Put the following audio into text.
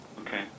Okay